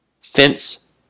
fence